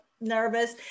nervous